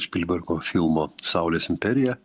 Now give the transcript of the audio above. špilberko filmo saulės imperija